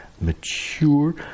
mature